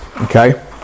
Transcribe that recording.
okay